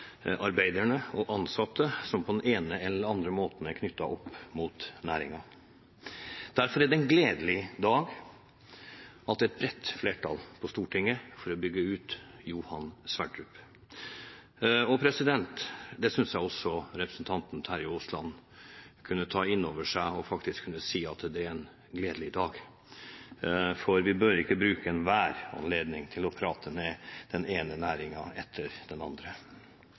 arbeiderne og ansatte som på den ene eller andre måten er knyttet opp mot næringen. Derfor er det en gledens dag – at et bredt flertall på Stortinget er for å bygge ut Johan Sverdrup. Det synes jeg også representanten Terje Aasland kunne ta inn over seg og faktisk kunne si at det er en gledens dag, for vi bør ikke bruke enhver anledning til å prate ned den ene næringen etter den andre.